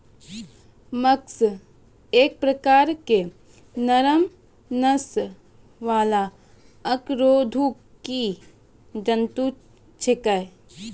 mollusc एक प्रकार के नरम नस वाला अकशेरुकी जंतु छेकै